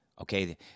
okay